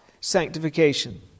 sanctification